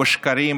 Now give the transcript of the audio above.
בשקרים,